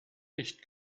nicht